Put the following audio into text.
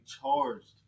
charged